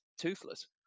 toothless